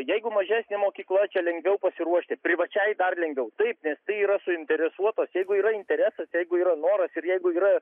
jeigu mažesnė mokykla čia lengviau pasiruošti privačiai dar lengviau taip nes tai yra suinteresuotos jeigu yra interesas jeigu yra noras ir jeigu yra